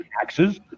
taxes